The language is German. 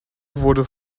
wurde